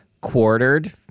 quartered